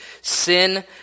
Sin